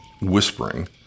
whispering